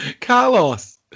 carlos